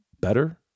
better